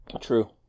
True